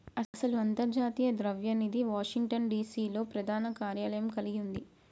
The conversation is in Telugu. అసలు అంతర్జాతీయ ద్రవ్య నిధి వాషింగ్టన్ డిసి లో ప్రధాన కార్యాలయం కలిగి ఉంది